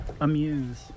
amuse